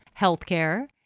healthcare